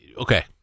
okay